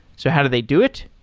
so how do they do it?